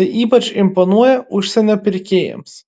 tai ypač imponuoja užsienio pirkėjams